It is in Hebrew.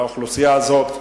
והאוכלוסייה הזאת,